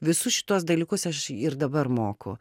visus šituos dalykus aš ir dabar moku